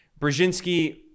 Brzezinski